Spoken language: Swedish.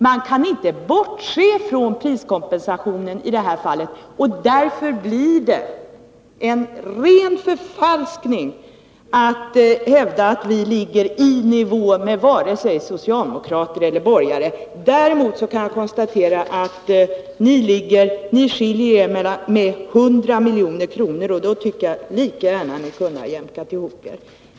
Man kan inte bortse från priskompensationen det här fallet. Därför är det en ren förfalskning att hävda att vi ligger i nivå med vare sig socialdemokrater eller borgare. Å andra sidan kan jag konstatera att bara 100 milj.kr. skiljer er åt, och då tycker jag att ni lika gärna kunde ha jämkat ihop er.